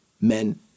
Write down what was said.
men